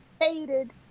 hated